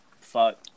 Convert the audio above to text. Fuck